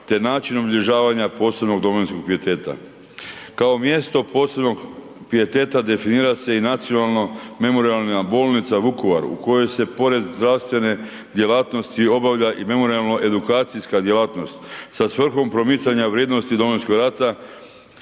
te načinom obilježavanja posebnog domovinskog pijeteta. Kao mjesto posebnog pijeteta definira se i Nacionalno memorijalna bolnica u Vukovaru u kojoj se pored zdravstvene djelatnosti obavlja i memorijalno edukacijska djelatnost sa svrhom promicanja vrijednosti Domovinskog rata